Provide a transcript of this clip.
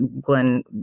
Glenn